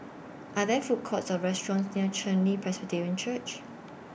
Are There Food Courts Or restaurants near Chen Li Presbyterian Church